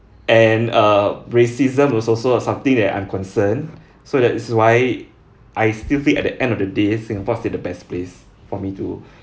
and err racism was also something that I'm concerned so that is why I still think at the end of the day singapore is still the best place for me to